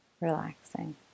relaxing